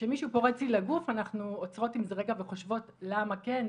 כשמישהו פורץ לי לגוף אנחנו עוצרות עם זה רגע וחושבות למה כן,